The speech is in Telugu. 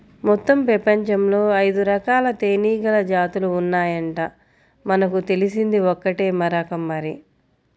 మొత్తం పెపంచంలో ఐదురకాల తేనీగల జాతులు ఉన్నాయంట, మనకు తెలిసింది ఒక్కటే రకం మరి